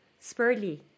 spurly